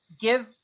give